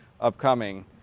Upcoming